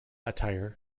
attire